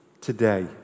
today